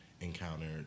encountered